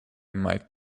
might